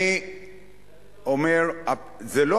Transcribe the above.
אני אומר, זה הפתרון.